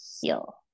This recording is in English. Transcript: heal